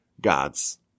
gods